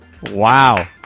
Wow